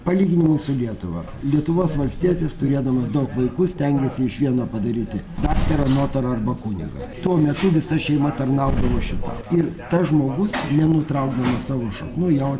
palygininimui su lietuva lietuvos valstietis turėdamas daug vaikų stengėsi iš vieno padaryti daktarą notarą arba kunigą tuo metu visa šeima tarnaudavo šito ir tas žmogus nenutraukdamas savo šaknų jau